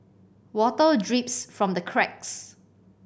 water drips from the cracks